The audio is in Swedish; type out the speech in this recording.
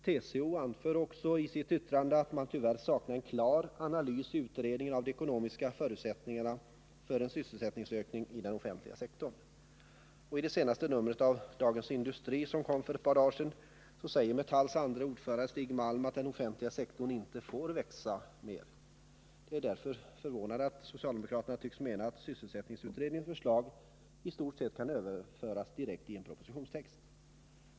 TCO anför också i sitt yttrande att man tyvärr saknar en klar analys i utredningen av de ekonomiska förutsättningarna för en sysselsättningsökningi den offentliga sektorn. Jag vill vidare peka på vad som står i det senaste numret i Dagens Industri, som kom för ett par dagar sedan. Där säger Metalls andre ordförande Stig Malm att den offentliga sektorn inte får växa mer. Det är mot denna bakgrund förvånande, herr talman, att socialdemokraterna tycks mena att sysselsättningsutredningens förslag i stort sett kan överföras direkt i en propositionstext.